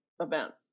event